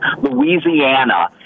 Louisiana